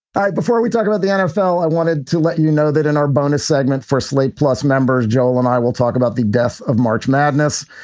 before we talk about the nfl, i wanted to let you know that in our bonus segment for slate plus members, joel and i will talk about the death of march madness.